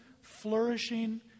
flourishing